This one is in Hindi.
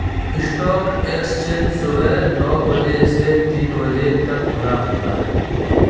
स्टॉक एक्सचेंज सुबह नो बजे से तीन बजे तक खुला होता है